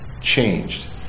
changed